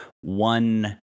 one